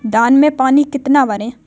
धान में पानी कितना भरें?